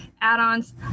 add-ons